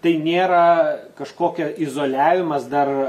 tai nėra kažkokia izoliavimas dar